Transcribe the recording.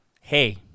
hey